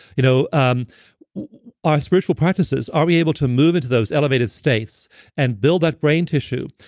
you know um our spiritual practices, are we able to move into those elevated states and build that brain tissue?